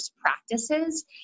practices